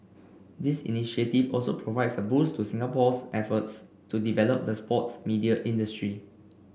this initiative also provides a boost to Singapore's efforts to develop the sports media industry